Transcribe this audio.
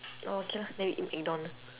oh okay lah then we eat mcdonald